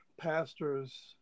pastors